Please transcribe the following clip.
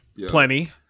Plenty